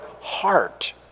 heart